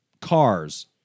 cars